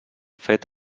fet